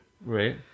Right